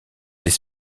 les